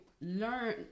learn